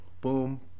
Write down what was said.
Boom